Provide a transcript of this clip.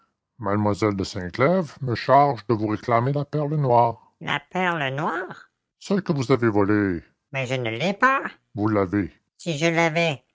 mlle de sinclèves me charge de vous réclamer la perle noire la perle noire celle que vous avez volée mais je ne l'ai pas vous l'avez si je l'avais